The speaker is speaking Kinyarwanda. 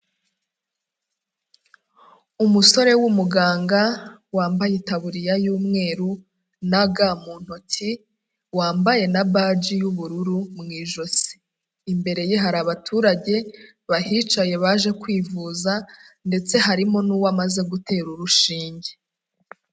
Umusore w'umuganga wambaye itaburiya y'umweru na ga mu ntoki, wambaye na baji y'ubururu mu ijosi, imbere ye hari abaturage bahicaye baje kwivuza ndetse harimo n'uwo amaze gutera urushinge.